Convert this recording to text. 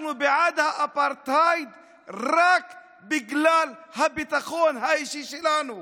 אנחנו בעד אפרטהייד רק בגלל הביטחון האישי שלנו,